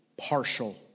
partial